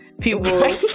People